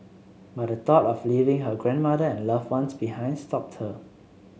but the thought of leaving her grandmother and loved ones behind stopped her